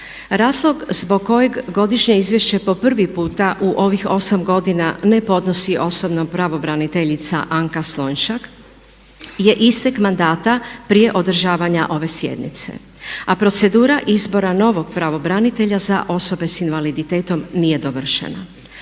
Razlog zbog kojeg godišnje izvješće po prvi puta u ovih 8 godina ne podnosi osobno pravobraniteljica Anka Slonjšak je istek mandata prije održavanja ove sjednice. A procedura izbora novog pravobranitelja za osobe sa invaliditetom nije dovršena.